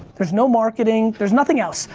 there's no marketing, there's nothing else.